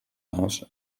house